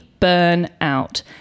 burnout